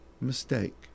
mistake